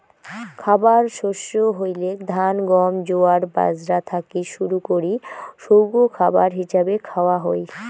খাবার শস্য হইলেক ধান, গম, জোয়ার, বাজরা থাকি শুরু করি সৌগ খাবার হিছাবে খাওয়া হই